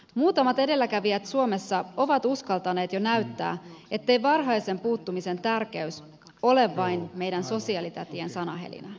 muutamat edelläkävijät suomessa ovat uskaltaneet jo näyttää ettei varhaisen puuttumisen tärkeys ole vain meidän sosiaalitätien sanahelinää